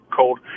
cold